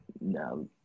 No